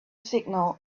signal